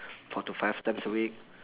four to five times a week